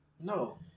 No